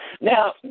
Now